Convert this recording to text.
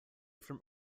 from